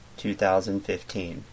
2015